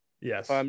Yes